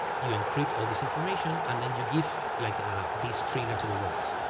you encrypt all this information and then you give like ah this tree like to the robots.